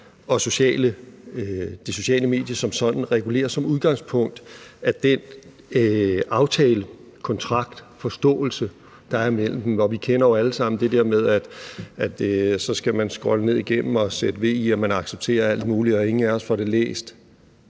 og det sociale medie som sådan reguleres som udgangspunkt af den aftale, kontrakt, forståelse, der er mellem dem. Og vi kender jo alle sammen det der med, at så skal man scrolle ned igennem og sætte hak ved, at man accepterer alt muligt, og ingen af os får det læst,